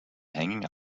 hanging